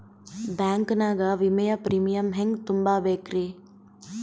Bank ನಾಗ ವಿಮೆಯ premium ಹೆಂಗ್ ತುಂಬಾ ಬೇಕ್ರಿ?